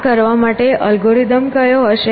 આ કરવા માટે અલ્ગોરિધમ કયો હશે